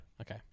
Okay